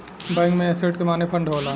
bank में asset के माने फंड होला